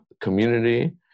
community